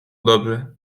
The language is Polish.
dobrze